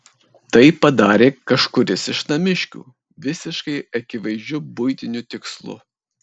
tai padarė kažkuris iš namiškių visiškai akivaizdžiu buitiniu tikslu